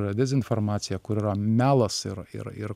yra dezinformacija kur yra melas ir ir ir